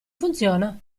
funziona